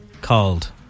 called